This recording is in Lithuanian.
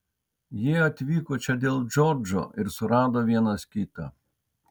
jie atvyko čia dėl džordžo ir surado vienas kitą